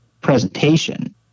presentation